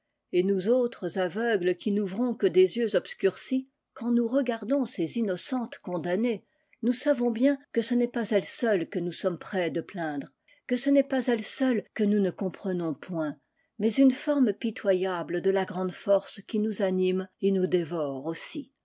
et nous autres aveugles qui n tas que des yeux obscurcis quand nous regardons ces innocentes condamnées noiis savons bien que ce n'est pas elles seules ue nous sommes près de plaindre que ce n'est pas elles seules que nous ne comprenons point mais une forme pitoyable de la grande force qui nous anime et nous dévore aussi